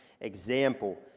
example